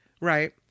Right